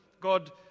God